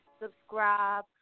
subscribe